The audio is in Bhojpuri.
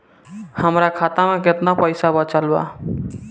हमरा खाता मे केतना पईसा बचल बा?